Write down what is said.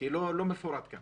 לא מפורט כאן.